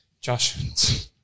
Josh